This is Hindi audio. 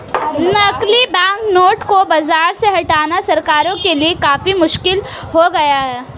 नकली बैंकनोट को बाज़ार से हटाना सरकारों के लिए काफी मुश्किल हो गया है